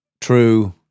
true